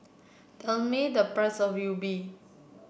tell me the price of Yi Bua